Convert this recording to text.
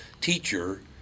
teacher